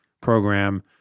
program